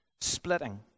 splitting